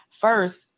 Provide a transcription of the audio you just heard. first